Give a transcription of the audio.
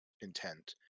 intent